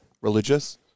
religious